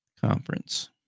conference